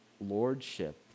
lordship